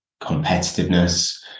competitiveness